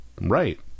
right